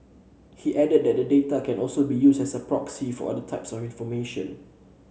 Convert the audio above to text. he added that the data can also be used as a proxy for other types of information